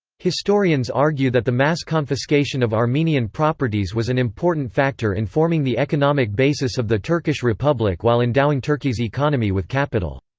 historians argue that the mass confiscation of armenian properties was an important factor in forming the economic basis of the turkish republic while endowing turkey's economy with capital.